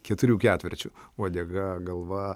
keturių ketvirčių uodega galva